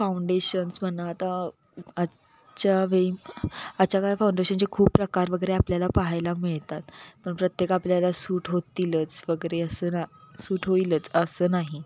foundations म्हणा आता आजच्या वेळी आजच्या काळात फाऊंडेशनचे खूप प्रकार वगैरे आपल्याला पाहायला मिळतात पण प्रत्येक आपल्याला सूट होतीलच वगैरे असं ना सूट होईलच असं नाही